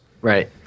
Right